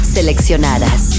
Seleccionadas